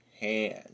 hand